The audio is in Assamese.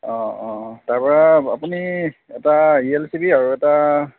অঁ অঁ তাৰপৰা আপুনি এটা ই এল চি বি আৰু এটা